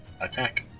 attack